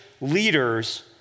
Leaders